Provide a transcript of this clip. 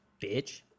Bitch